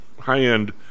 high-end